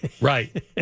Right